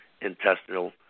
Intestinal